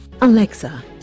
Alexa